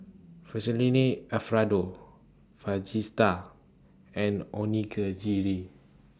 Fettuccine Alfredo and